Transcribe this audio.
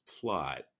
plot